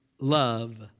love